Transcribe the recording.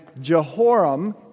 Jehoram